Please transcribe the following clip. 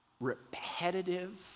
repetitive